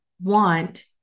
want